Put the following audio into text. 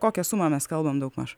kokią sumą mes kalbam daugmaž